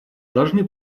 должны